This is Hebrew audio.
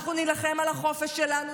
אנחנו נילחם על החופש שלנו,